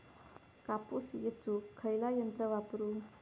कापूस येचुक खयला यंत्र वापरू?